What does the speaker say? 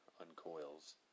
uncoils